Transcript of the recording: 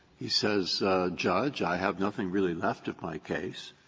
he says judge, i have nothing really left of my case.